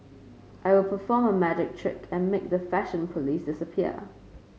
I will perform a magic trick and make the fashion police disappear